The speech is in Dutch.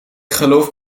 geloof